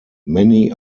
many